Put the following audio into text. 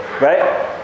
right